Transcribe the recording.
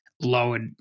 lowered